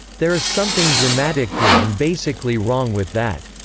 there is something dramatically and basically wrong with that.